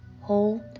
hold